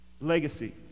Legacy